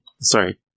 Sorry